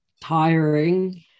tiring